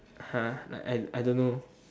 !huh! like I I don't know